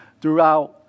throughout